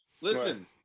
Listen